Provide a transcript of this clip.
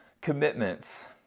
commitments